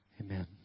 amen